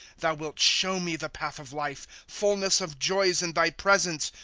thou wilt show me the path of life, fullness of joys in thy presence,